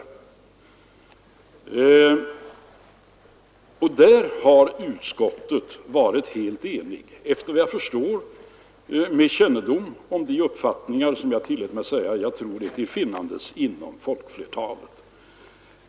På den punkten har utskottet varit helt enigt efter vad jag förstår, med kännedom om de uppfattningar som jag tillät mig säga att jag tror är till finnandes bland folkflertalet.